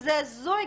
שזה הזוי,